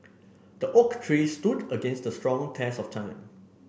the oak tree stood against strong test of time